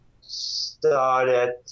started